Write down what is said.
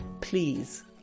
please